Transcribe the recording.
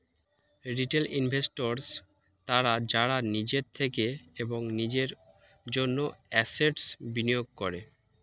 retail investors তারা যারা নিজের থেকে এবং নিজের জন্য অ্যাসেট্স্ বিনিয়োগ করে